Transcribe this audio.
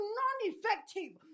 non-effective